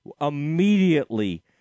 immediately –